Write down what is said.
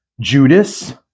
Judas